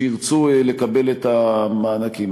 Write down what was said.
שירצו לקבל את המענקים.